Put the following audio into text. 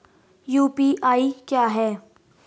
UPI क्या है?